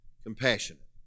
Compassionate